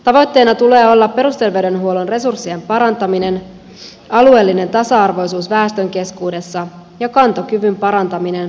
tavoitteena tulee olla perusterveydenhuollon resurssien parantaminen alueellinen tasa arvoisuus väestön keskuudessa ja kantokyvyn parantaminen kasvaviin tarpeisiin